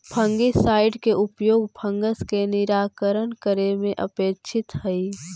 fungicide के उपयोग fungus के निराकरण करे में अपेक्षित हई